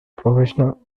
professional